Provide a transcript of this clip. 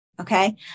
Okay